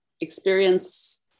experience